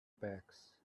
backs